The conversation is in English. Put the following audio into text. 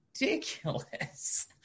ridiculous